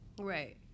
right